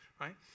right